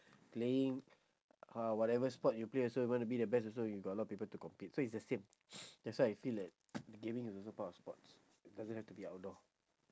playing uh whatever sport you play also you want to be the best also you got a lot people to compete so it's the same that's why I feel like gaming is also part of sports it doesn't have to be outdoor